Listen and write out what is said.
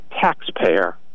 taxpayer